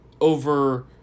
over